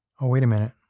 oh, wait a minute.